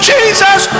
Jesus